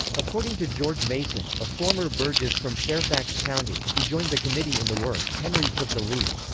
according to george mason, a former burgess from fairfax county, who joined the committee in the work, henry took the lead.